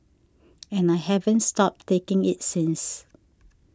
and I haven't stopped taking it since